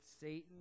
Satan